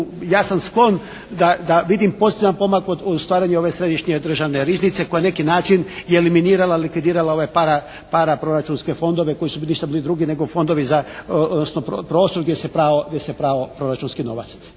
ja sam sklon da vidim pozitivan pomak u stvaranju ove Središnje državne riznice koja je na neki način eliminirala, likvidirala ove paraproračunske fondove koji su bili ništa drugi nego fondovi za, odnosno prostori gdje se prao proračunski novac.